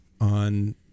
on